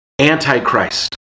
Antichrist